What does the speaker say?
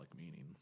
meaning